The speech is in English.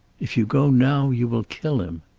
if you go now you will kill him.